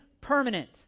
permanent